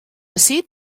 ací